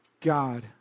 God